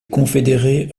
confédérés